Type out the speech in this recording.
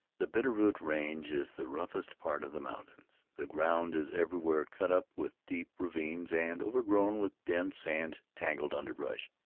the bitter-root range is the roughest part of the mountains. the ground is everywhere cut up with deep ravines and overgrown with dense and tangled underbrush.